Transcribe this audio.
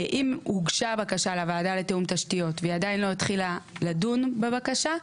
אם הוגשה בקשה לוועדה לתיאום תשתיות והיא עדיין לא התחילה לדון בבקשה,